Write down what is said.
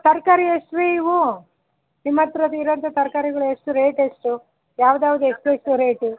ತರಕಾರಿ ಎಷ್ಟು ರೀ ಇವು ನಿಮ್ಮ ಹತ್ತಿರ ಅದು ಇರೋಂಥ ತರಕಾರಿಗಳು ಎಷ್ಟು ರೇಟ್ ಎಷ್ಟು ಯಾವ್ದು ಯಾವ್ದು ಎಷ್ಟೆಷ್ಟು ರೇಟು